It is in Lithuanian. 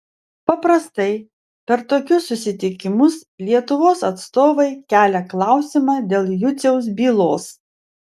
paprastai per tokius susitikimus lietuvos atstovai kelia klausimą dėl juciaus bylos